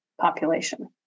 population